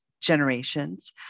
generations